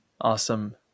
Awesome